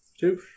Two